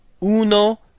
uno